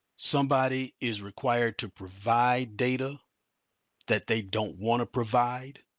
somebody is required to provide data that they don't wanna provide,